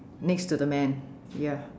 next to the man ya